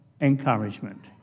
encouragement